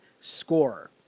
scorer